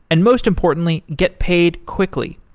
and most importantly, get paid quickly.